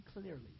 clearly